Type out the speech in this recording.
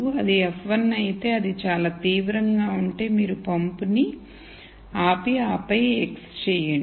ఇది f1 అయితే అది చాలా తీవ్రంగా ఉంటే మీరు పంపుని ఆపి ఆపై x చేయండి